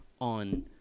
On